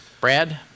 Brad